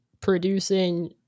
producing